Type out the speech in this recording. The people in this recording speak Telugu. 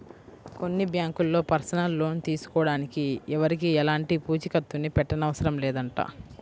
కొన్ని బ్యాంకుల్లో పర్సనల్ లోన్ తీసుకోడానికి ఎవరికీ ఎలాంటి పూచీకత్తుని పెట్టనవసరం లేదంట